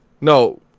No